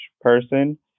person